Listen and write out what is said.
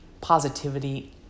positivity